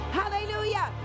hallelujah